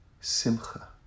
Simcha